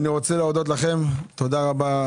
תודה רבה,